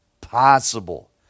possible